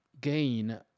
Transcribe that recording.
gain